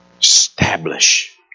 establish